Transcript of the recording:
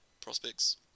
prospects